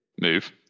Move